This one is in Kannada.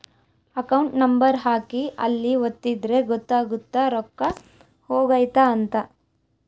ಅಕೌಂಟ್ ನಂಬರ್ ಹಾಕಿ ಅಲ್ಲಿ ಒತ್ತಿದ್ರೆ ಗೊತ್ತಾಗುತ್ತ ರೊಕ್ಕ ಹೊಗೈತ ಅಂತ